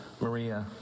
Maria